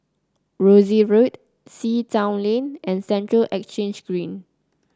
Rosyth Road Sea Town Lane and Central Exchange Green